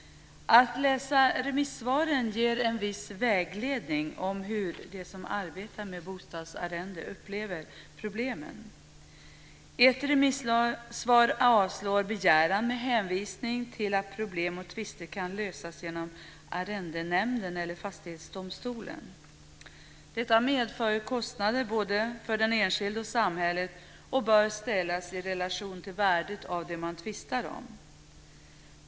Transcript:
Det ger en viss vägledning att läsa remissvaren när det gäller hur de som arbetar med bostadsarrende upplever problemen. I ett remissvar avslås begäran med hänvisning till att problem och tvister kan lösas genom Arrendenämnden eller Fastighetsdomstolen. Detta medför kostnader både för den enskilde och samhället som bör ställas i relation till värdet av det man tvistar om.